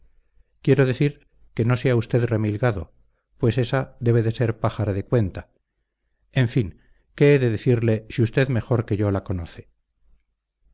quiero decir que no sea usted remilgado pues ésa debe de ser pájara de cuenta en fin qué he de decirle si usted mejor que yo la conoce